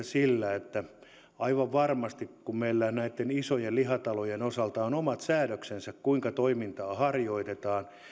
sillä sitä että aivan varmasti kun meillä isojen lihatalojen osalta on omat säädöksensä kuinka toimintaa harjoitetaan